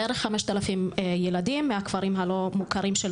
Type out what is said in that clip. בערך 5000 ילדים מהכפרים הלא מוכרים של